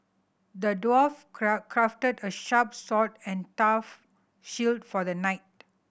the dwarf crafted a sharp sword and tough shield for the knight